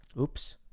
Oops